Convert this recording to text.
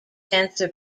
denser